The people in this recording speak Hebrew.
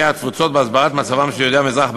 התפוצות בהסברת מצבם של יהודי המזרח,